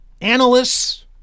analysts